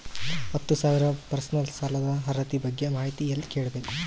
ಹತ್ತು ಸಾವಿರ ಪರ್ಸನಲ್ ಸಾಲದ ಅರ್ಹತಿ ಬಗ್ಗೆ ಮಾಹಿತಿ ಎಲ್ಲ ಕೇಳಬೇಕು?